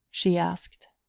she asked.